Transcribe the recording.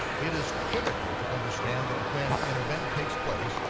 it is critical to understand that when an event takes place,